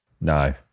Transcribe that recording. No